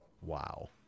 Wow